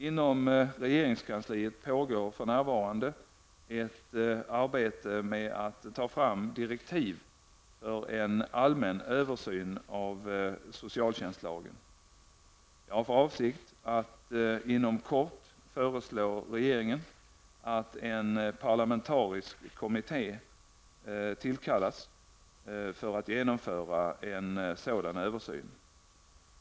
Inom regeringskansliet pågår för närvarande ett arbete med att ta fram direktiv för en allmän översyn av socialtjänstlagen. Jag har för avsikt att inom kort föreslå regeringen att en parlamentarisk kommitté tillkallas för att genomföra en sådan översyn.